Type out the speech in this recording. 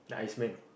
the ice man